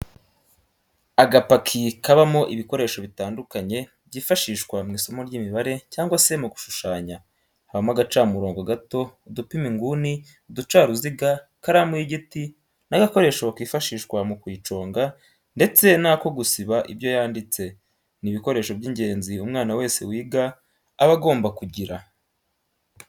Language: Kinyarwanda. Agapaki kabamo ibikoresho bitandukanye byifashishwa mu isomo ry'imibare cyangwa se mu gushushanya habamo agacamurongo gato, udupima inguni, uducaruziga ,ikaramu y'igiti n'agakoresho kifashishwa mu kuyiconga ndetse n'ako gusiba ibyo yanditse, ni ibikoresho by'ingenzi umwana wese wiga aba agomba kugira.